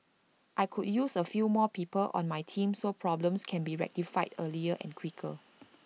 I could use A few more people on my team so problems can be rectified earlier and quicker